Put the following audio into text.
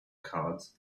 cards